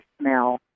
smell